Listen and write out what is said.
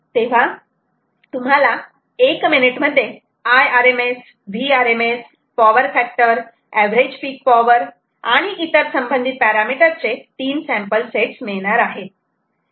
तेव्हा तुम्हाला १ मिनिट मध्ये Irms Vrms power factor average peak power आणि इतर संबंधित पॅरामिटर चे ३ सॅम्पल्स मिळणार आहेत